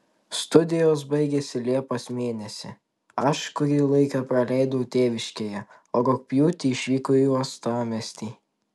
studijos baigėsi liepos mėnesį aš kurį laiką praleidau tėviškėje o rugpjūtį išvykau į uostamiestį